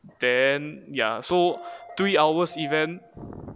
then ya so three hours event